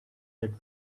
that